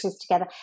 together